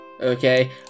Okay